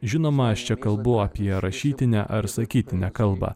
žinoma aš čia kalbu apie rašytinę ar sakytinę kalbą